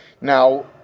Now